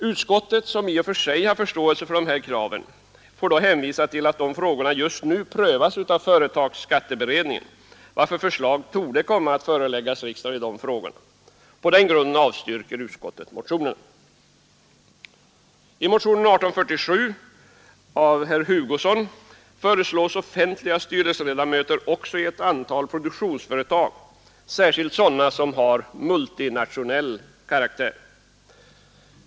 Utskottet, som i och för sig har förståelse för dessa krav, får dock hänvisa till att de frågorna just nu prövas av företagsskatteberedningen och att förslag därför torde komma att föreläggas riksdagen i dessa frågor. På den grunden avstyrker utskottet motionerna. multinationell karaktär.